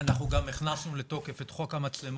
אנחנו גם הכנסנו לתוקף את חוק המצלמות